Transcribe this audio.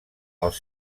els